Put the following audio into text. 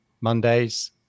Mondays